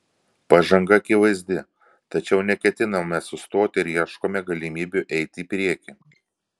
pažanga akivaizdi tačiau neketiname sustoti ir ieškome galimybių eiti į priekį